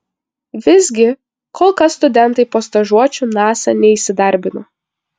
visgi kol kas studentai po stažuočių nasa neįsidarbino